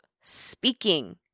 speaking